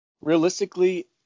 realistically